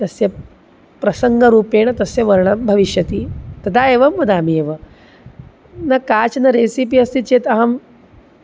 तस्य प्रसङ्गरूपेण तस्य वर्णनं भविष्यति तदा एवं वदामि एव न काचन रेसिपी अस्ति चेत् अहं